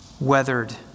weathered